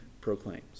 proclaims